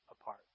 apart